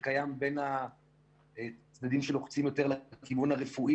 שקיים בין הצדדים שלוחצים יותר לכיוון הרפואי